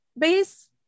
base